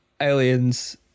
aliens